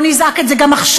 לא נזעק את זה גם עכשיו.